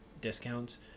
discounts